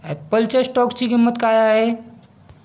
ॲपलच्या स्टॉकची किंमत काय आहे